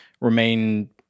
remain